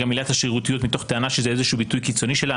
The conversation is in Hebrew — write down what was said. עילת השרירותיות מתוך טענה שזה איזה שהוא ביטוי קיצוני שלה.